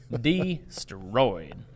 destroyed